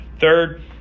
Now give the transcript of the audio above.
Third